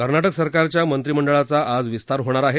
कर्नाटक सरकारच्या मंत्रिमंडळाचा आज विस्तार होणार आहे